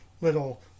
little